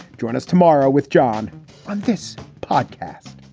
join us tomorrow with john on this podcast.